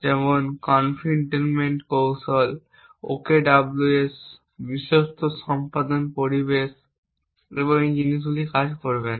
যেমন কনফিনমেন্ট কৌশল OKWS বিশ্বস্ত সম্পাদন পরিবেশ এই সমস্ত জিনিস কাজ করবে না